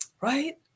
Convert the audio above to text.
right